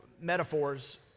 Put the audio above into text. metaphors